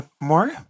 more